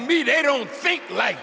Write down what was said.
me they don't think like